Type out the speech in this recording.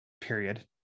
Period